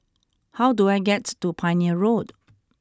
how do I get to Pioneer Road